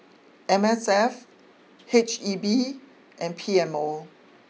M S F H E B and P M O